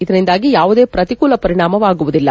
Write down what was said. ಇದರಿಂದಾಗಿ ಯಾವುದೇ ಪ್ರತಿಕೂಲ ಪರಿಣಾಮವಾಗುವುದಿಲ್ಲ